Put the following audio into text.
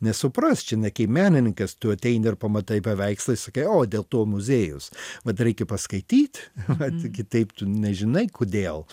nesupras čia ne kaip menininkas tu ateini ir pamatai paveikslą ir sakai o dėl to muziejus vat reikia paskaityt vat kitaip tu nežinai kodėl